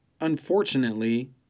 unfortunately